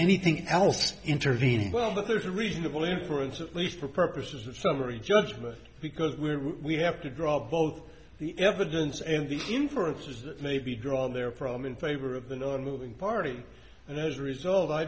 anything else intervening well but there's a reasonable inference at least for purposes of summary judgment because we're we have to draw both the evidence and the inference is that maybe drawn their problem in favor of the moving party and as a result i